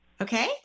Okay